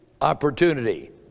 opportunity